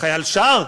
חייל שר?